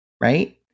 right